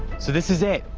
so this is it.